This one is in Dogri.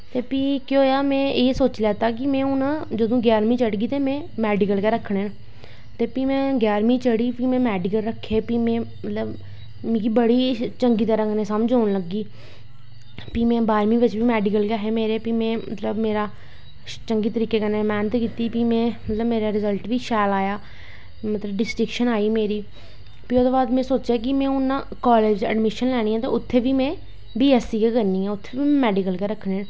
ते में एह् सोची लैत्ता कि में हून में जदूं ग्यारहमीं चढ़गी ते में मैडिकल फ्ही में ग्यारहमीं धोड़ी फ्ही में मैडिकल रक्खे फ्ही में मिगी बड़ी चंगी तरह् कन्नै समझ औन लगी फ्ही में बाह्रमीं बिच्च बी मैडिकल गै हा मेरा चंदे तरीके कन्नै मैह्नत कीती मतलव मेरी रिजल्ट बी शैल आया डिसटिंक्शन आई मेरी फ्ही में सोचेआ में कालेज अडमिशन लैनी ऐ ते उत्थें बी में बी ऐस सी गै करनी ऐ उत्थें बी मैडिकल गै रक्खने न